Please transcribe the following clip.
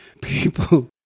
People